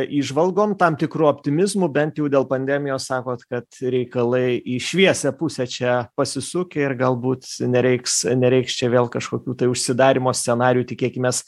įžvalgom tam tikru optimizmu bent jau dėl pandemijos sakot kad reikalai į šviesią pusę čia pasisukę ir galbūt nereiks nereiks čia vėl kažkokių tai užsidarymo scenarijų tikėkimės